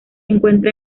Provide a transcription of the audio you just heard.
encuentra